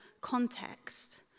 context